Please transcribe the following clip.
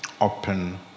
open